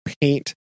paint